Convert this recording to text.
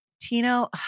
Tino